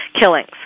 killings